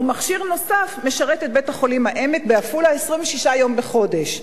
ומכשיר נוסף משרת את בית-החולים "העמק" בעפולה 26 יום בחודש.